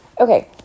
Okay